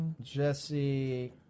Jesse